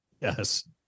yes